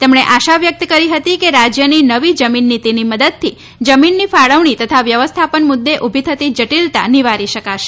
તેમણે આશા વ્યક્ત કરી હતી કે રાજ્યની નવી જમીન નીતિની મદદથી જમીનની ફાળવણી તથા વ્યવસ્થાપન મુદ્દે ઉભી થતી જટીલતા નીવારી શકાશે